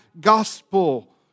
gospel